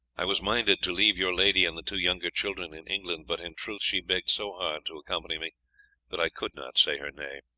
i was minded to leave your lady and the two younger children in england, but in truth she begged so hard to accompany me that i could not say her nay.